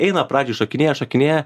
eina pradžioj šokinėja šokinėja